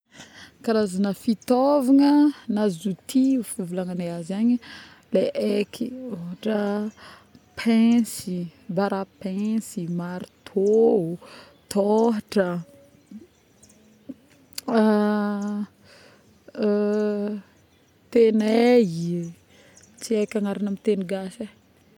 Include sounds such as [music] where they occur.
Karazagny fitaovagna na z'outil fivolagnagna azy agny le haiky pince.yy bara pince.yy marteau, tôhatra [hesitation] tenaille.yy ts haiky agnaragna aminy tegny gasy ee